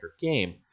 game